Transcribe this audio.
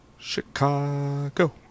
Chicago